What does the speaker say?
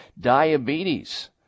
diabetes